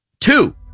two